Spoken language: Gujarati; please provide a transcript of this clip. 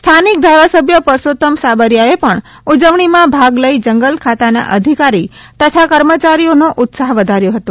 સ્થાનિક ધારાસભ્ય પરસોત્તમ સાબરીયાએ પણ ઊજવણીમાં ભાગ લઇ જંગલ ખાતાના અધિકારી તથા કર્મયારીઓનો ઊત્સાહ વર્ધાયો હતો